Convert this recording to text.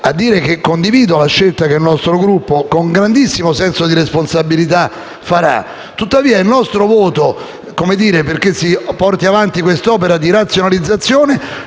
a dire che condivido la scelta che farà il nostro Gruppo, con grandissimo senso di responsabilità. Tuttavia il nostro voto, volto a portare avanti questa opera di razionalizzazione,